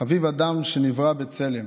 "חביב אדם שנברא בצלם".